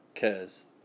Cause